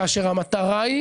כאשר המטרה היא